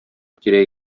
кирәк